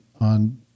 on